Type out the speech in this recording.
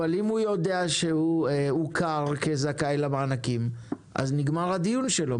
אבל אם הוא יודע שהוא הוכר כזכאי למענקים אז נגמר הדיון שלו.